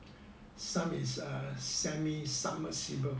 some is a semi submersible